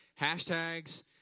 Hashtags